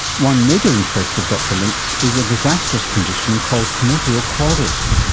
one major interest of dr link's is a disastrous condition called commotio cordis.